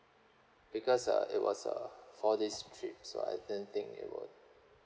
because uh it was a four days trip so I didn't think it would